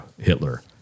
Hitler